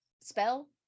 spell